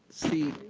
see,